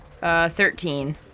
Thirteen